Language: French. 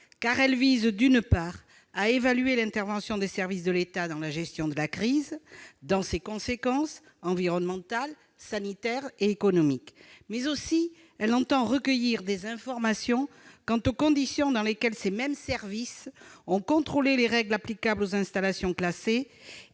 Elle vise, d'une part, à évaluer l'intervention des services de l'État dans la gestion de la crise, dans ses conséquences environnementales, sanitaires et économiques et, d'autre part, à recueillir des informations quant aux conditions dans lesquelles ces mêmes services ont contrôlé les règles applicables aux installations classées